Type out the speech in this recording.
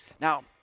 Now